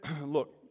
Look